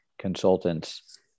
consultants